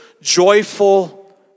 joyful